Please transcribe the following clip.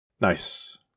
Nice